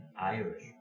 Irish